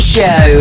Show